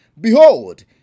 Behold